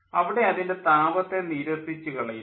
അവിടെ അതിൻ്റെ താപത്തെ നിരസിച്ചു കളയുന്നു